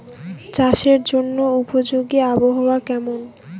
চাষের জন্য উপযোগী আবহাওয়া কেমন?